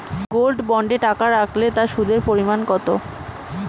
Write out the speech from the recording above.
Gold বন্ডে টাকা রাখলে তা সুদের পরিমাণ কত?